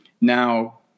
now